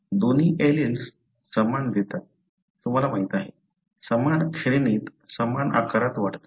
दोन्ही एलील्स समान देतात तुम्हाला माहिती आहे समान श्रेणीत समान आकारात वाढतात